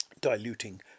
diluting